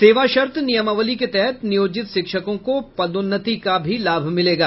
सेवाशर्त नियमावली के तहत नियोजित शिक्षकों को पदोन्नति का भी लाभ मिलेगा